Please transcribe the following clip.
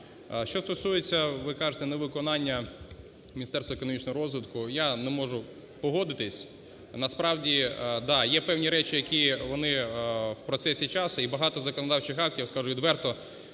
Що стосується, ви кажете, невиконання Міністерства економічного розвитку. Я не можу погодитись, насправді, да, є певні речі, які вони в процесі часу, і багато законодавчих актів, скажу відверто,